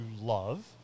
love